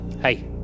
Hey